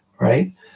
Right